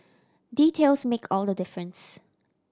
details make all the difference